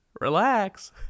relax